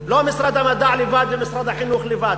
לא משרד המדע לבד ומשרד החינוך לבד.